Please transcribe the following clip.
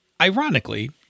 ironically